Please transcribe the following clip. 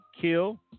Kill